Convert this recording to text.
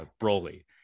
Broly